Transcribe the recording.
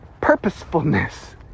purposefulness